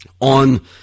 on